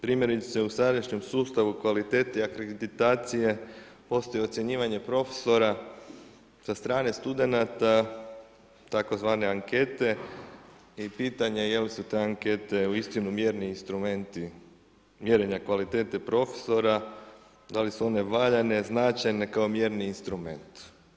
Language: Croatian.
Primjerice u sadašnjem sustavu kvalitete i akreditacije postoji ocjenjivanje profesora sa strane studenata tzv. ankete i pitanje jel' su te ankete uistinu mjerni instrumenti mjerenja kvalitete profesora, da li su one valjane, značajne kao mjerni instrument.